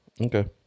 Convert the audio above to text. Okay